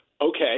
okay